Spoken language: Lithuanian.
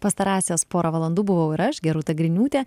pastarąsias porą valandų buvau ir aš gerūta griniūtė